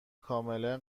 کاملا